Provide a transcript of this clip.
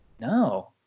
No